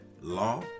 law